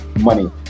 money